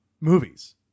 movies